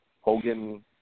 Hogan